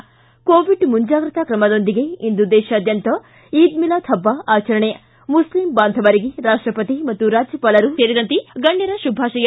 ಿ ಕೋವಿಡ್ ಮುಂಜಾಗ್ರತಾ ಕ್ರಮದೊಂದಿಗೆ ಇಂದು ದೇಶಾದ್ಖಂತ ಈದ್ ಮಿಲಾದ್ ಪಬ್ಲ ಆಚರಣೆ ಮುಸ್ಲಿಂ ಬಾಂಧವರಿಗೆ ರಾಷ್ಟಪತಿ ಮತ್ತು ರಾಜ್ಯಪಾಲರು ಸೇರಿದಂತೆ ಗಣ್ಣರ ಶುಭಾಶಯ